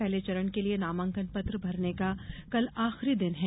पहले चरण के लिए नामांकन पत्र भरने का कल आखिरी दिन है